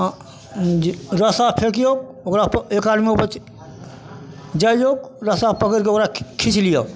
अँ जे रस्सा फेकिऔ ओकरा एक आदमी ओ बच्ची जाइऔ रस्सा पकड़िके ओकरा खी खिच लिअऽ